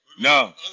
No